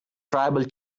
tribal